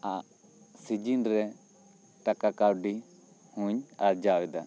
ᱥᱤᱡᱤᱱ ᱨᱮ ᱴᱟᱠᱟ ᱠᱟᱹᱣᱰᱤ ᱦᱚᱧ ᱟᱨᱡᱟᱣ ᱮᱫᱟ